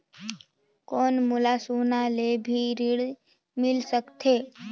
कौन मोला सोना ले भी ऋण मिल सकथे?